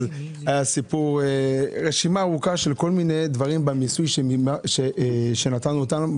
הייתה רשימה ארוכה של כל מיני דברים שנתנו אותם.